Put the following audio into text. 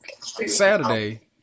Saturday